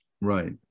Right